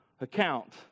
account